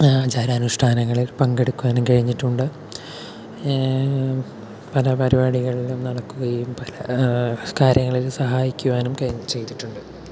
ആചാരാനുഷ്ടാനങ്ങളിൽ പങ്കെടുക്കുവാനും കഴിഞ്ഞിട്ടുണ്ട് പല പരിപാടികളിൽ നടക്കുകയും പല കാര്യങ്ങളിൽ സഹായിക്കുവാനും ചെയ്തിട്ടുണ്ട്